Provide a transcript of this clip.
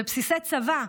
ובסיסי צבא,